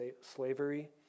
slavery